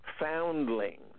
foundlings